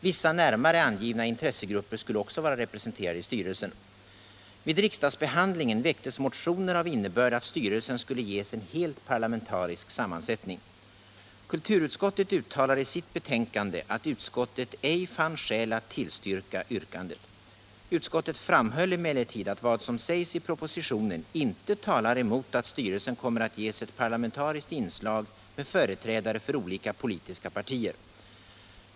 Vissa närmare angivna intressegrupper skulle också vara representerade i styrelsen. styrka yrkandet. Utskottet framhöll emellertid att vad som sägs i pro — Nr 10 positionen inte talar emot att styrelsen kommer att ges ett parlamentariskt Tisdagen den inslag med företrädare för olika politiska partier.